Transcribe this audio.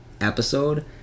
episode